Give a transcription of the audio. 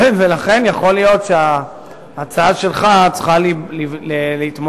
ולכן יכול להיות שההצעה שלך צריכה להתמודד